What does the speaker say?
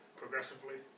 progressively